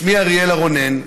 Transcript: שמי אריאלה רונן.